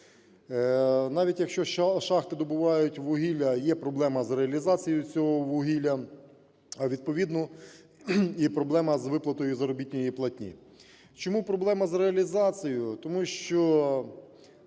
Навіть якщо шахти добуваються вугілля, є проблема з реалізацією цього вугілля, а відповідно – і проблема з виплатою заробітної платні. Чому проблема з реалізацією, тому що